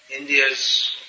India's